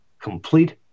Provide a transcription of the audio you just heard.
complete